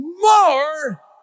more